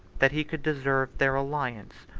that he could deserve their alliance,